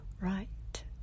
right